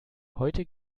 heute